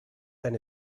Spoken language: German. eine